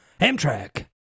Amtrak